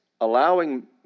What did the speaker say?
allowing